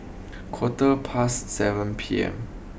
quarter past seven P M